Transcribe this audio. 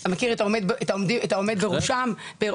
ואתה מכיר את העומדים בראש המכון,